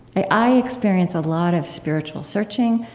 i i experience a lot of spiritual searching,